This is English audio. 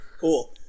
Cool